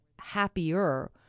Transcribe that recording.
happier